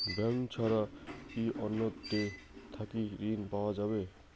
Bank ছাড়া কি অন্য টে থাকি ঋণ পাওয়া যাবে?